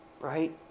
right